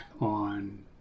on